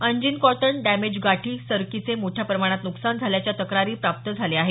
अनजिंन cotton damage गाठी सरकीचे मोठ्या प्रमाणात नुकसान झाल्याच्या तक्रारी प्राप्त झाल्या आहेत